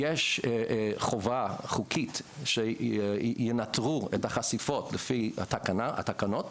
יש חובה חוקית שינטרו את החשיפות לפי התקנות.